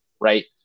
right